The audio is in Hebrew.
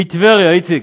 מטבריה, איציק,